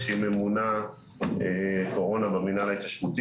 שהיא ממונה קורונה במינהל ההתיישבותי,